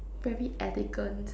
very elegant